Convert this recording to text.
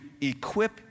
equip